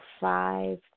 five